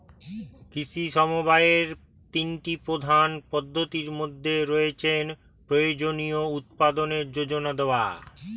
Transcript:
কৃষি সমবায়ের তিনটি প্রধান পদ্ধতির মধ্যে রয়েছে প্রয়োজনীয় উপাদানের জোগান দেওয়া